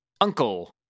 Uncle